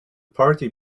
party